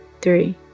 three